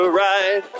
right